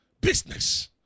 Business